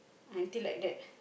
until like that